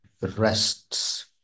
rests